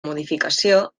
modificació